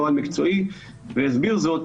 נוהל מקצועי והסביר זאת,